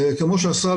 כמו שעשה,